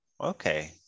okay